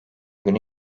günü